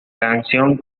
canción